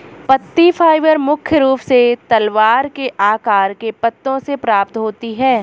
पत्ती फाइबर मुख्य रूप से तलवार के आकार के पत्तों से प्राप्त होता है